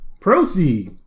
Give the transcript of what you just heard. proceed